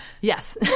Yes